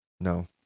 no